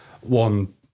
One